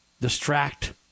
distract